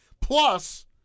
Plus